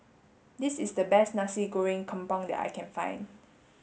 this is the best Nasi Goreng Kampung that I can find